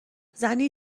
زنی